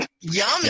Yummy